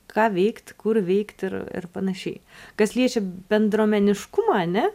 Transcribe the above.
ką veikt kur veikt ir ir panašiai kas liečia bendruomeniškumą ane